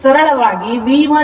69 angle 22